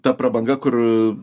ta prabanga kur